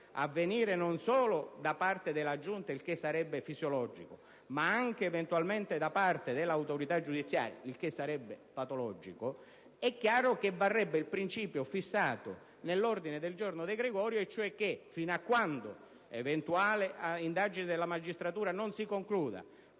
espresso non solo da parte della Giunta (il che sarebbe fisiologico) ma anche, eventualmente, da parte dell'autorità giudiziaria (il che sarebbe patologico), è chiaro che varrebbe il principio fissato nell'ordine del giorno De Gregorio e cioè che fino a quando l'eventuale indagine della magistratura non si concluda